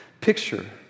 picture